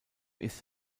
ist